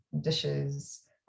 dishes